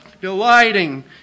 Delighting